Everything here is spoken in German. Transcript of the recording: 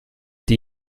die